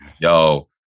yo